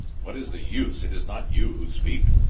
what is the use? it is not you who speak.